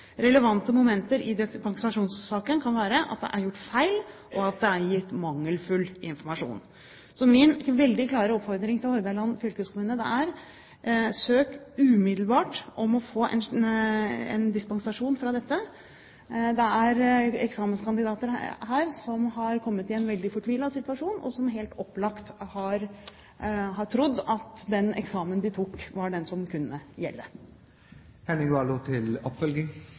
Relevante momenter i dispensasjonssaken kan være at det er gjort feil og at det er gitt mangelfull informasjon. Så min veldig klare oppfordring til Hordaland fylkeskommune er: Søk umiddelbart om å få en dispensasjon fra dette. Det er eksamenskandidater her som har kommet i en veldig fortvilet situasjon, og som helt opplagt har trodd at den eksamen de tok, var den som kunne